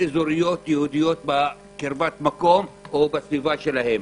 אזוריות יהודיות בקרבת מקום או בסביבה שלהם.